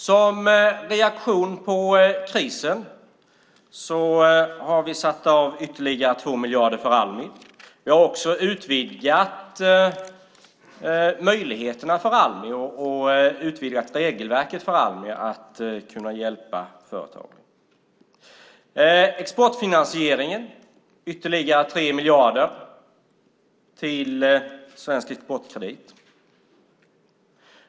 Som reaktion på krisen har vi satt av ytterligare 2 miljarder för Almi. Vi har också utvidgat möjligheterna och utvidgat regelverket för Almi att kunna hjälpa företag. Vi har lagt ytterligare 3 miljarder på Svensk Exportkredit.